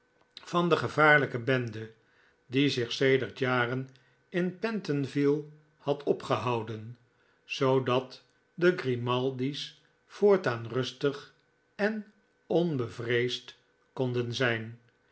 van degevaarlijkebende die zich sedert jaren in pentonville had opgehouden zoodat de grimaldi's voortaan rustig en onbevreesd konden zijn